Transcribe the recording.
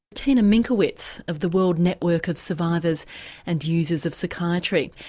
tina minkowitz of the world network of survivors and users of psychiatry,